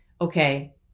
okay